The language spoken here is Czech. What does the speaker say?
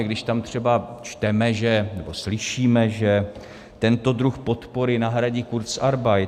Když tam třeba čteme nebo slyšíme, že tento druh podpory nahradí kurzarbeit.